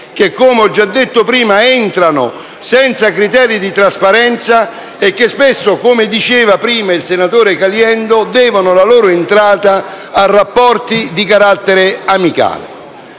che, come ho già detto prima, entrano senza criteri di trasparenza e che spesso, come diceva poc'anzi il senatore Caliendo, devono la loro entrata a rapporti di carattere amicale.